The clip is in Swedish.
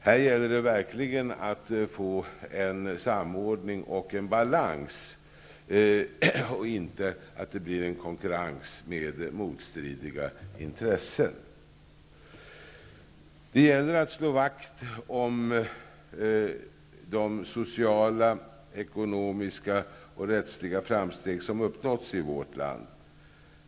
Här gäller det verkligen att åstadkomma en samordning och en balans, så att det inte blir en konkurrens mellan motstridiga intressen. Det gäller att slå vakt om de sociala, ekonomiska och rättsliga framsteg som har uppnåtts i vårt land.